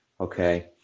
okay